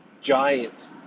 giant